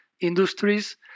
industries